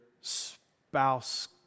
spouse